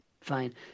Fine